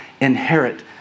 inherit